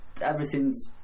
everything's